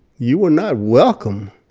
you were not welcome.